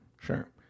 Sure